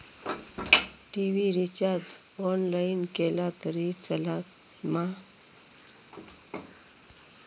TV recharge online केला तरी चलात मा?